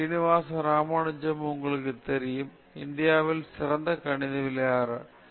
Srinivasa Ramanujan FRS உங்களுக்கு தெரியும் இந்தியாவின் சிறந்த கணிதவியலாளர்களில் ஒருவர்